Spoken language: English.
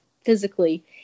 physically